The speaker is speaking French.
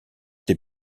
des